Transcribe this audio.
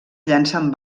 llancen